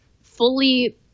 fully